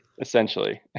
essentially